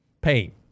pay